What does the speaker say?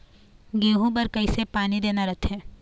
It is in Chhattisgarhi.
गेहूं बर कइसे पानी देना रथे?